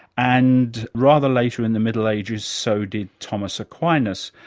and rather later in the middle ages so did thomas aquinas,